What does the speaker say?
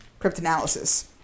cryptanalysis